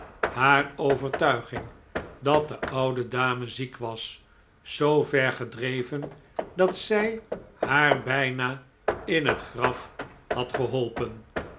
haar overtuiging dat de oude dame ziek was zoo ver gedreven dat zij haar bijna in het graf had geholpen